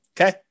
Okay